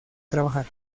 trabajar